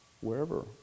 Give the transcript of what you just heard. wherever